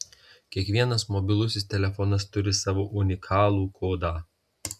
kiekvienas mobilusis telefonas turi savo unikalų kodą